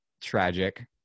tragic